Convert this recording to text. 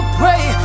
pray